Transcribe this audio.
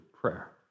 prayer